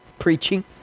preaching